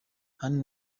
anne